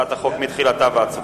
והצעת החוק מתחילתה ועד סופה.